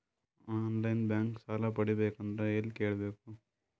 On line bank ಸಾಲ ಪಡಿಬೇಕಂದರ ಎಲ್ಲ ಕೇಳಬೇಕು?